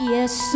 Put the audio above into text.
Yes